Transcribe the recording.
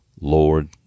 Lord